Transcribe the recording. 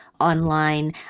online